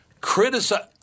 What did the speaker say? Criticize